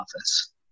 office